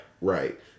right